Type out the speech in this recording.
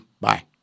Bye